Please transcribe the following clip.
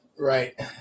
Right